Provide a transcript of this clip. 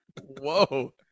Whoa